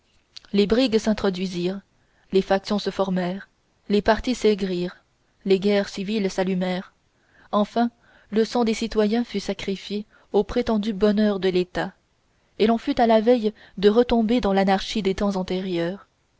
les brigues s'introduisirent les factions se formèrent les partis s'aigrirent les guerres civiles s'allumèrent enfin le sang des citoyens fut sacrifié au prétendu bonheur de l'état et l'on fut à la veille de retomber dans l'anarchie des temps antérieurs